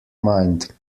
mind